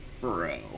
Bro